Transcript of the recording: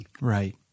Right